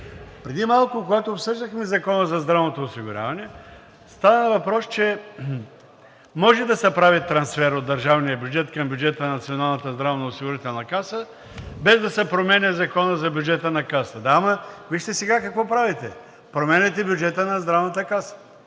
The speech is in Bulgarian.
Преди малко, когато обсъждахме Закона за здравното осигуряване, стана въпрос, че може да се прави трансфер от държавния бюджет към бюджета на Националната здравноосигурителна каса, без да се променя Законът за бюджета на касата. Да, ама вижте сега какво правите. Променяте бюджета на Здравната каса